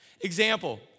Example